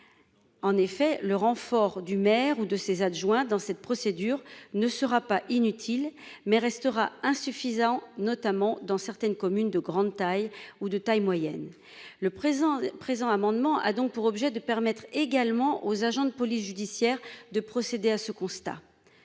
En effet le renfort du maire ou de ses adjoints dans cette procédure ne sera pas inutile mais restera insuffisant notamment dans certaines communes de grande taille ou de taille moyenne. Le présent présent amendement a donc pour objet de permettre également aux agents de police judiciaire de procéder à ce constat.